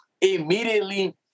immediately